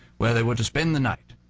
where they were to spend the night.